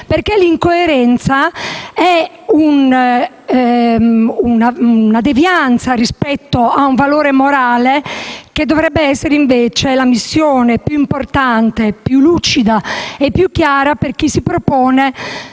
perché l'incoerenza è una devianza rispetto a un valore morale che dovrebbe essere, invece, la missione più importante, più lucida e più chiara per chi chiede